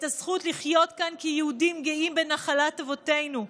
את הזכות לחיות כאן כיהודים גאים בנחלת אבותינו.